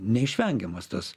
neišvengiamas tas